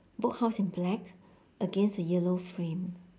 book house in black against a yellow frame